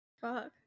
Fuck